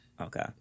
Okay